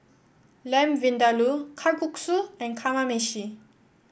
Lamb Vindaloo Kalguksu and Kamameshi